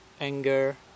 anger